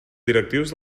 directius